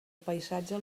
paisatge